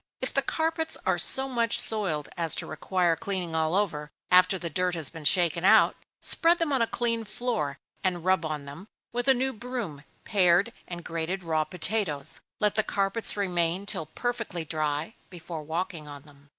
if the carpets are so much soiled as to require cleaning all over, after the dirt has been shaken out, spread them on a clean floor, and rub on them, with new broom, pared and grated raw potatoes. let the carpets remain till perfectly dry, before walking on them.